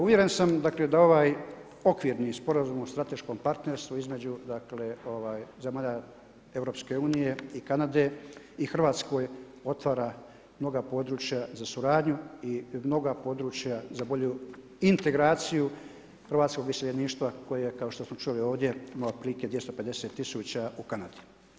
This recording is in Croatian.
Uvjeren sam da ovaj okvirni sporazum o strateškom partnerstvu između zemalja EU i Kanade, i Hrvatskoj otvara mnoga područja za suradnju i mnoga područja za bolju integraciju hrvatskog iseljeništva, koja kao što smo čuli ovdje, imala otprilike 250000 u Kanadi.